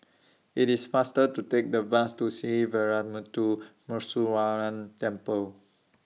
IT IS faster to Take The Bus to Sree Veeramuthu Muneeswaran Temple